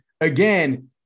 again